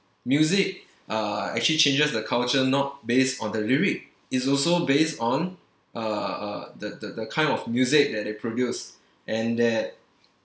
music uh actually changes the culture not based on the lyric is also based on uh uh the the the kind of music that they produce and that